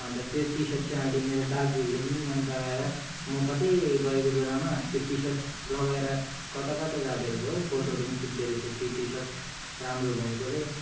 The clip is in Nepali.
अन्त त्यो टिसर्ट चाहिँ अहिले मेरो दाजुहरूले पनि मनपराएर म कतै गएको बेलामा त्यो टिसर्ट लगाएर कता कता जाँदैरहेछ हो फोटोहरू पनि खिच्दै रहेछ त्यो टिसर्ट राम्रो भएकोले